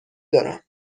دارم